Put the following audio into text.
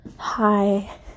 hi